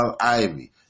Ivy